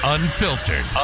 Unfiltered